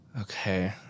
Okay